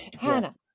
Hannah